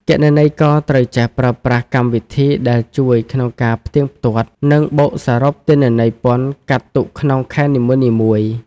គណនេយ្យករត្រូវចេះប្រើប្រាស់កម្មវិធីដែលជួយក្នុងការផ្ទៀងផ្ទាត់ និងបូកសរុបទិន្នន័យពន្ធកាត់ទុកក្នុងខែនីមួយៗ។